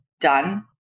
Done